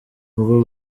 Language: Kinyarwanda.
ubwo